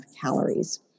calories